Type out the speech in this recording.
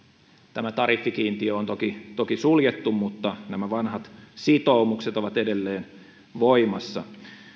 tämä tariffikiintiö on toki toki suljettu mutta nämä vanhat sitoumukset ovat edelleen voimassa